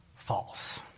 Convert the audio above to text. False